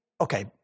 Okay